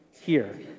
Here